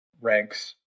ranks